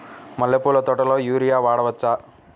మల్లె పూల తోటలో యూరియా వాడవచ్చా?